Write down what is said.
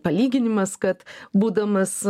palyginimas kad būdamas